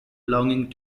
belonging